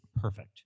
perfect